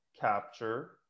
capture